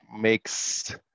makes